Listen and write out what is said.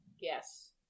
Yes